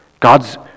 God's